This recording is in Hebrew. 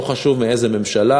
לא חשוב מאיזה ממשלה,